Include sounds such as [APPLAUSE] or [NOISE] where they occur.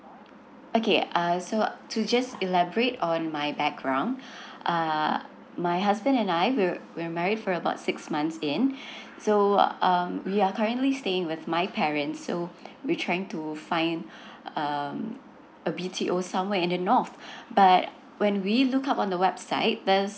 okay uh so to just elaborate on my background [BREATH] uh my husband and I we're we're married for about six months in [BREATH] so um we are currently staying with my parents so we're trying to find [BREATH] um a B T O somewhere in the north [BREATH] but when we look up on the website there's